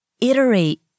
iterate